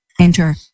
Enter